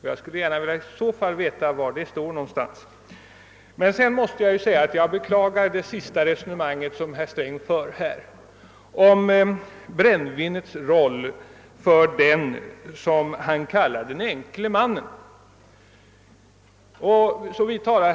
Jag skulle gärna vilja veta var det står. Sedan måste jag beklaga det resonemang som herr Sträng förde om brännvinets roll för den, som finansministern uttryckte det, enkle mannen.